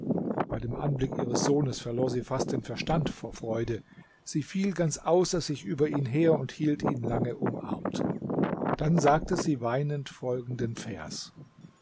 bei dem anblick ihres sohnes verlor sie fast den verstand vor freude sie fiel ganz außer sich über ihn her und hielt ihn lange umarmt dann sagte sie weinend folgenden vers